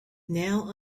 now